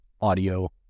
audio